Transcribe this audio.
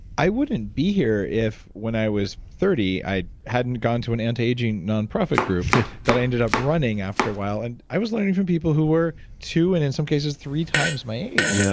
i wouldn't be here if when i was thirty i hadn't gone to an antiaging nonprofit group that i ended up running after a while, and i was learning from people who were too, and in some cases, three times my age. yeah